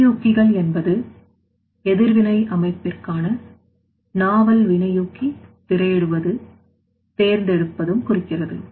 வினையூக்கிகள் என்பது எதிர்வினை அமைப்பிற்கான நாவல் வினையூக்கி திரையிடுவதுதேர்ந்தெடுப்பதும் குறிக்கிறது